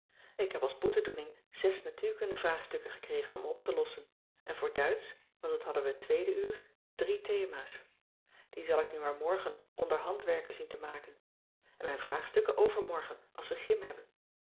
ik heb als boetedoening zes natuurkundevraagstukken gekregen om op te lossen en voor duitsch want dat hadden we het tweede uur drie thema's die zal ik nu maar morgen onder handwerken zien te maken en mijn vraagstukken overmorgen als we gym hebben